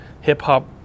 hip-hop